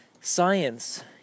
science